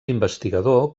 investigador